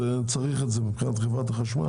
צריך את זה מבחינת חברת החשמל.